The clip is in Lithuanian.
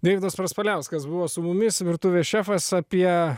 deividas praspaliauskas buvo su mumis virtuvės šefas apie